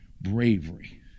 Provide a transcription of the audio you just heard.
bravery